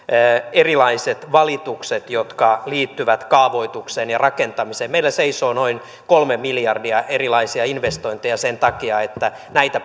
erilaiset valitukset jotka liittyvät kaavoitukseen ja rakentamiseen meillä seisoo noin kolme miljardia erilaisia investointeja sen takia että näitä